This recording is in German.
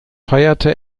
feierte